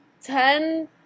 ten